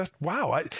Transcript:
wow